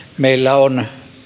meillä on